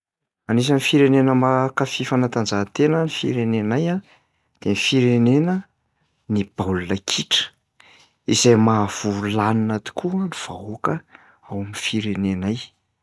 Anisan'ny firenena mankafy fanatanjahatena ny firenenay a, de ny firenena- ny baolina kitra izay maha vory laninina tokoa ny vahoaka ao am'firenenay.